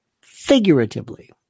figuratively